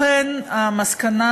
לכן המסקנה